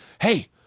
hey